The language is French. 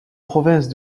province